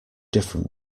different